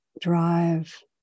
drive